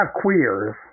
queers